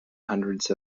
hundreds